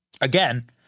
again